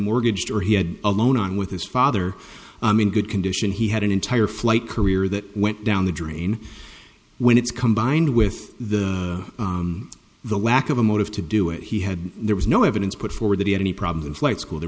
mortgaged or he had a loan on with his father in good condition he had an entire flight career that went down the drain when it's combined with the the lack of a motive to do it he had there was no evidence put forward that he had any problems flight school there